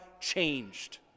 changed